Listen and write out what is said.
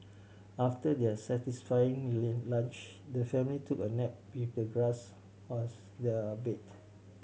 after their satisfying lunch the family took a nap with the grass as their bed